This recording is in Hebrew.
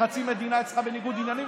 חצי מדינה אצלך בניגוד עניינים,